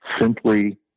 simply